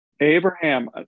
Abraham